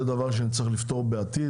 זה דבר שנצטרך לפתור בעתיד,